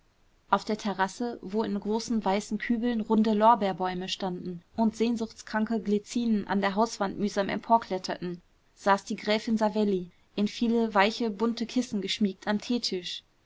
auf der terrasse wo in großen weißen kübeln runde lorbeerbäume standen und sehnsuchtkranke glyzinen an der hauswand mühsam emporkletterten saß die gräfin savelli in viele weiche bunte kissen geschmiegt am teetisch